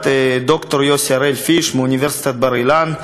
ד"ר יוסי הראל-פיש מאוניברסיטת בר-אילן.